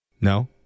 No